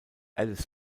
alice